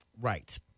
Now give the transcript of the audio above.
Right